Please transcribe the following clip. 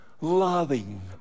loving